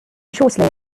shortly